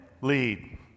lead